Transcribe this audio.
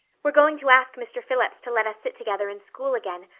we're going to ask mr. phillips to let us sit together in school again,